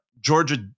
Georgia